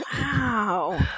wow